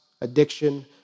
addiction